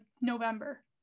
November